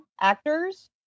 actors